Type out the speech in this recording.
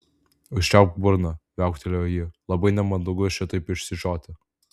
užčiaupk burną viauktelėjo ji labai nemandagu šitaip išsižioti